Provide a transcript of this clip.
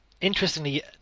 interestingly